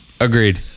Agreed